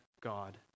God